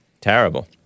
Terrible